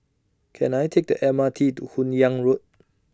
Can I Take The M R T to Hun Yeang Road